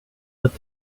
let